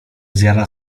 zjada